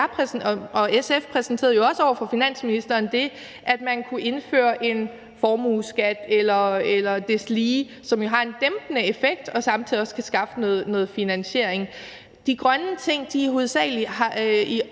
og SF præsenterede jo også over for finansministeren det, at man kunne indføre en formueskat eller deslige, som har en dæmpende effekt, og som samtidig også kan skaffe noget finansiering. De grønne ting bidrager